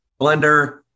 blender